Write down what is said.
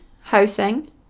housing